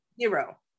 zero